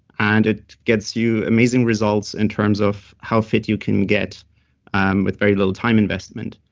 and it gets you amazing results in terms of how fit you can get and with very little time investment.